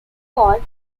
called